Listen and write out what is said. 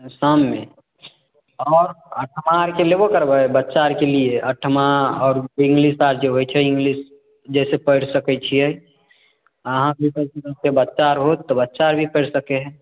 शाममे तऽ आओर अहाँके लेबो करबै बच्चा आरके लिए अठमा आओर इंग्लिश आर जे होइ छै इंग्लिश जैसे पढ़ि सकै छियै आहाँ भी पढ़ि सकै छियै बच्चा रहत तऽ ओहो बच्चा भी पढ़ि सकए है